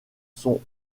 sont